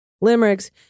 limericks